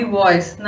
voice